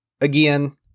Again